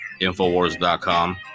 infowars.com